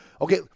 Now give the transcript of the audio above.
Okay